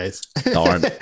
darn